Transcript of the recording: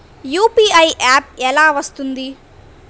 UPI app ఎలా వస్తుంది?